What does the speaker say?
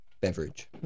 beverage